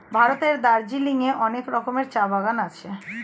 ভারতের দার্জিলিং এ অনেক রকমের চা বাগান আছে